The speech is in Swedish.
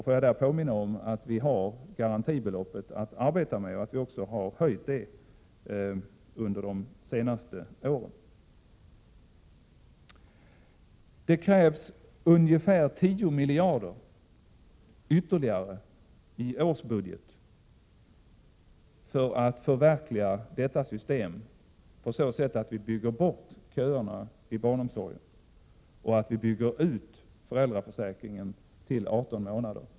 Får jag påminna om att vi där har garantibeloppet att arbeta med och att vi också har höjt detta under de senaste åren. Det krävs ytterligare ungefär 10 miljarder kronor i årsbudget för att förverkliga detta system på så sätt att vi bygger bort köerna till barnomsorgen och bygger ut föräldraförsäkringen till 18 månader.